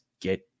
get